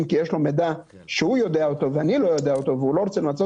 כי יש לו מידע שהוא יודע אותו ואני לא יודע אותו והוא לא רוצה למצות